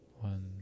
one